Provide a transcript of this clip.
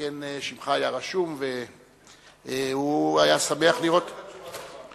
שכן שמך היה רשום והוא היה שמח לראות אותך.